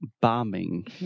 bombing